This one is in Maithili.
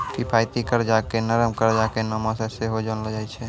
किफायती कर्जा के नरम कर्जा के नामो से सेहो जानलो जाय छै